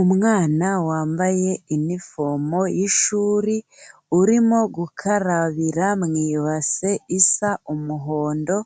Umwana wambaye inifomo y'ishuri, urimo gukarabira mu ibase isa umuhondo,